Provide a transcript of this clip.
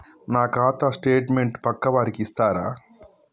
నా ఖాతా స్టేట్మెంట్ పక్కా వారికి ఇస్తరా?